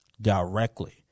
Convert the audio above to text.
Directly